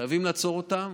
חייבים לעצור אותם.